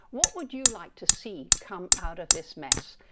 what would you like to see come out of this mess?